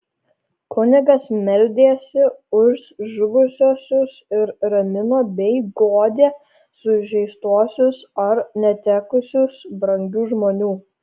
kunigas meldėsi už žuvusiuosius ir ramino bei guodė sužeistuosius ar netekusius brangių žmonių